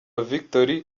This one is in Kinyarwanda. victory